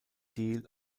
deal